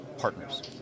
partners